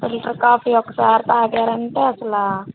filter coffee ఒకసారి తాగారంటే అసలా